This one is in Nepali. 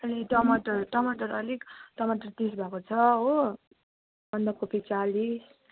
अनि टमाटर टमाटर अलिक टमाटर तिस भएको छ हो बन्दकोपी चालिस